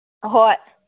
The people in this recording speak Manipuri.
ꯍꯣꯏ